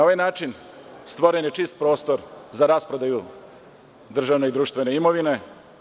Na ovaj način stvoren je čist prostor za rasprodaju državne i društvene imovine.